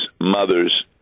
mother's